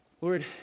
Lord